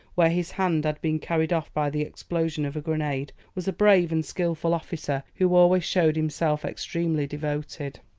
where his hand had been carried off by the explosion of a grenade, was a brave and skilful officer, who always showed himself extremely devoted.